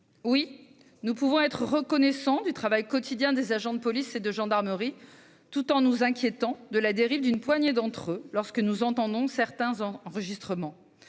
Oui, nous pouvons être reconnaissants du travail quotidien des agents de police et de gendarmerie, tout en nous inquiétant de la dérive d'une poignée d'entre eux lorsque nous entendons certains enregistrements.